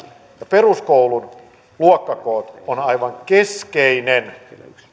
ja peruskoulun luokkakoot on aivan keskeinen